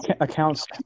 accounts